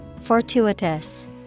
Fortuitous